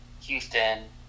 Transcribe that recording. Houston